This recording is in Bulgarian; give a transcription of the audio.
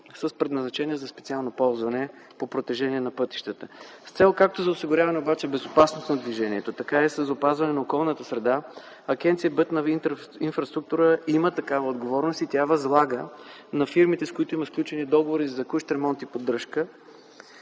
с предназначение за специално ползване по протежение на пътищата. С цел за осигуряване безопасност на движението и за опазване на околната среда, Агенция „Пътна инфраструктура” има такава отговорност и тя възлага на фирмите, с които има сключени договори за текущ ремонт и поддръжка,